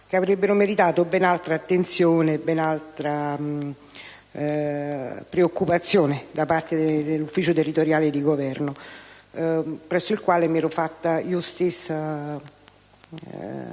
che avrebbero meritato ben altra attenzione e ben altra preoccupazione da parte dell'ufficio territoriale di Governo, presso il quale io stessa